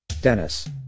Dennis